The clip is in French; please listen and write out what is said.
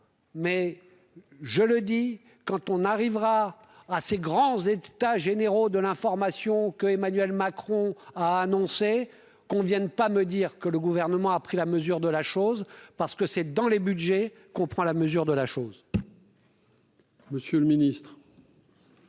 mais je le dis, quand on arrivera à ces grands états généraux de l'information que Emmanuel Macron a annoncé qu'on Vienne pas me dire que le gouvernement a pris la mesure de la chose parce que c'est dans les Budgets qu'on prend la mesure de la chose. Monsieur le Ministre.